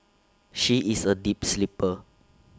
she is A deep sleeper